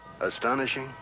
Astonishing